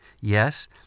Yes